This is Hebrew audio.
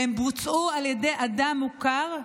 והן בוצעו על ידי אדם מוכר,